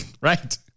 right